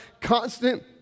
constant